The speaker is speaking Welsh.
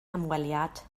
hymweliad